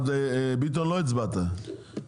ביטון, לא הצבעת.